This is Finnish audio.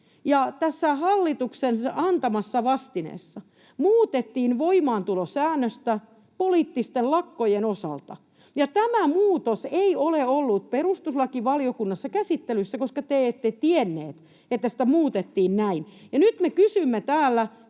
Tässä hallituksen antamassa vastineessa muutettiin voimaantulosäännöstä poliittisten lakkojen osalta, ja tämä muutos ei ole ollut perustuslakivaliokunnassa käsittelyssä, koska te ette tienneet, että sitä muutettiin näin. Ja nyt me kysymme täällä